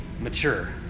mature